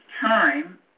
time